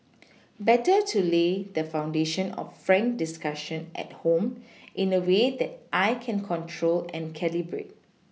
better to lay the foundation of frank discussion at home in a way that I can control and calibrate